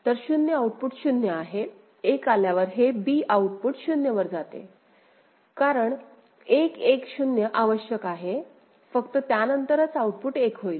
तर 0 आउटपुट 0 आहे 1 आल्यावर हे b आउटपुट 0 वर जाते कारण 1 1 0 आवश्यक आहे फक्त त्या नंतरच आउटपुट 1 होईल